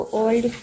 old